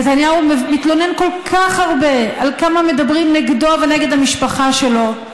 נתניהו מתלונן כל כך הרבה על כמה מדברים נגדו ונגד המשפחה שלו.